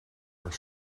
haar